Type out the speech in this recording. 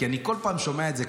כי אני כל פעם שומע את זה,